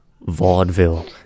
Vaudeville